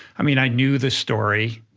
i mean, i knew the story.